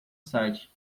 site